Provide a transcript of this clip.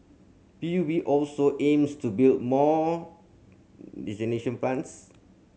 P U B also aims to build more desalination plants